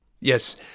Yes